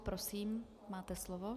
Prosím, máte slovo.